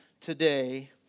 today